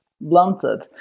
blunted